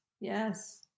yes